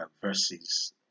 Verses